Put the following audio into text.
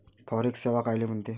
Forex सेवा कायले म्हनते?